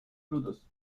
frutos